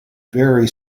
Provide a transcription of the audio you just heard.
very